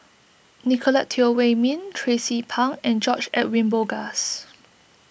Nicolette Teo Wei Min Tracie Pang and George Edwin Bogaars